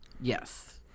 Yes